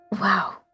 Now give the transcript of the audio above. Wow